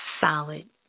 solid